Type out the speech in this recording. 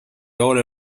ole